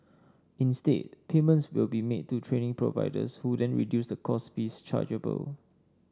instead payments will be made to training providers who then reduce the course fees chargeable